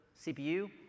CPU